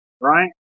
right